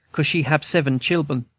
cause she hab seben chil'en.